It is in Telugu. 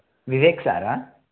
వివేక్ సారా